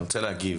אני רוצה להגיב.